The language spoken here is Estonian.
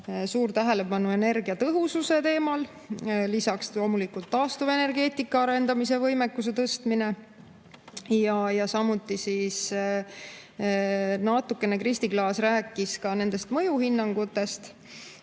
suur tähelepanu energiatõhususe teemale. Lisaks loomulikult taastuvenergeetika arendamise võimekuse tõstmine. Ja natukene Kristi Klaas rääkis ka nendest mõjuhinnangutest.